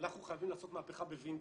אנחנו חייבים לעשות מהפכה בווינגייט.